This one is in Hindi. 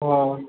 हाँ